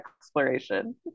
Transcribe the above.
exploration